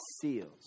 seals